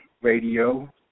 Radio